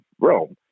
Rome